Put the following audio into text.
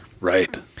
Right